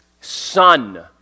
son